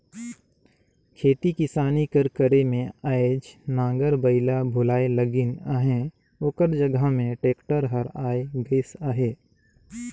खेती किसानी कर करे में आएज नांगर बइला भुलाए लगिन अहें ओकर जगहा में टेक्टर हर आए गइस अहे